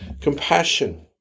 Compassion